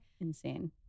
insane